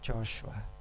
Joshua